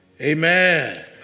Amen